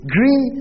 Green